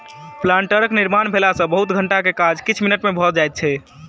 प्लांटरक निर्माण भेला सॅ बहुत घंटा के काज किछ मिनट मे भ जाइत छै